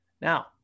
Now